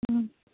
ꯎꯝ